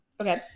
okay